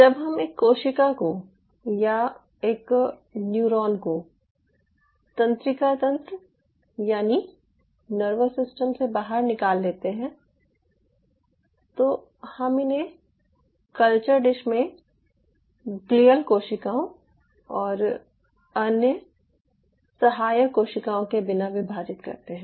जब हम एक कोशिका को या एक न्यूरॉन को तंत्रिका तंत्र यानि नर्वस सिस्टम से बाहर निकाल लेते हैं और हम इन्हें कल्चर डिश में ग्लियल कोशिकाओं और अन्य सहायक कोशिकाओं के बिना विभाजित करते हैं